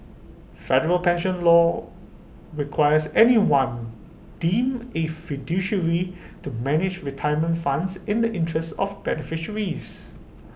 federal pension law requires anyone deemed A fiduciary to manage retirement funds in the interests of beneficiaries